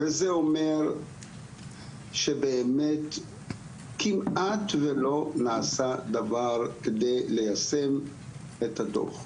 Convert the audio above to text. וזה אומר שבאמת כמעט ולא נעשה דבר כדי ליישם את הדוח.